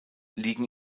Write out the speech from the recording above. liegen